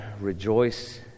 rejoice